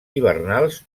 hivernals